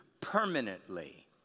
permanently